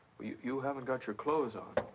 you-you haven't got your clothes on.